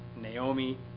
Naomi